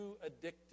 addicted